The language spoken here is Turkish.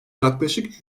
yaklaşık